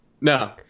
No